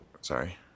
sorry